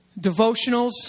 devotionals